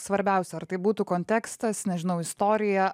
svarbiausia ar tai būtų kontekstas nežinau istorija